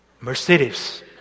Mercedes